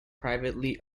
privately